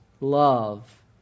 love